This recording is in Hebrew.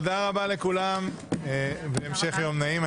תודה רבה לכולם והמשך יום נעים.